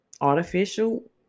artificial